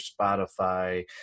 Spotify